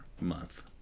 month